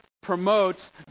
promotes